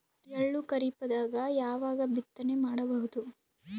ಎಳ್ಳು ಖರೀಪದಾಗ ಯಾವಗ ಬಿತ್ತನೆ ಮಾಡಬಹುದು?